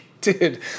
dude